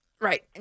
Right